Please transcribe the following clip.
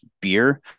beer